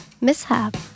mishap